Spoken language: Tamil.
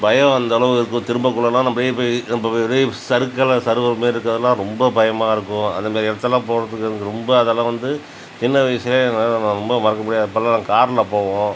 பயம் அந்தளவு இருக்கும் திரும்பக்குள்ளேலாம் நான் போய் போய் சறுக்கலாக சறுகல் மாரி இருக்கிறதலாம் ரொம்ப பயமாக இருக்கும் அது மாரி இடத்துலலாம் போகிறதுக்கு எனக்கு ரொம்ப அதெலாம் வந்து சின்ன வயசிலே எனக்கு அதெலாம் ரொம்ப மறக்கமுடியாத அப்பெலாம் நாங்கள் காரில் போவோம்